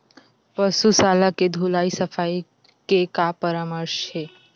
पशु शाला के धुलाई सफाई के का परामर्श हे?